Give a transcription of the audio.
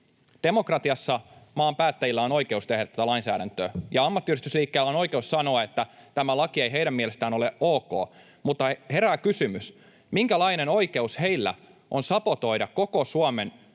Demokratiassa maan päättäjillä on oikeus tehdä tätä lainsäädäntöä ja ammattiyhdistysliikkeellä on oikeus sanoa, että tämä laki ei heidän mielestään ole ok. Mutta herää kysymys, minkälainen oikeus heillä on sabotoida koko Suomen